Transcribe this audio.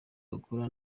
bakora